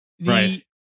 Right